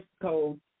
code